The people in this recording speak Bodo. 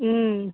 ओम